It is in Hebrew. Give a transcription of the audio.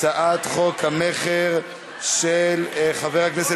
התשע"ו 2016, לוועדת החוקה,